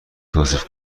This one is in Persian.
توصیف